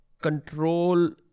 control